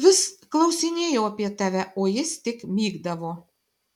vis klausinėjau apie tave o jis tik mykdavo